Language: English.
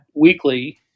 weekly